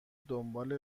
دنبال